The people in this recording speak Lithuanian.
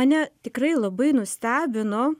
mane tikrai labai nustebino